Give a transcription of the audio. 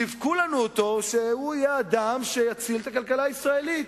שיווקו לנו אותו ככזה שיציל את הכלכלה הישראלית.